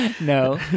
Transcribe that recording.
No